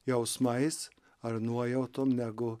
jausmais ar nuojautom negu